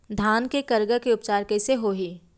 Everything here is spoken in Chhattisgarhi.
धान के करगा के उपचार कइसे होही?